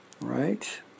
right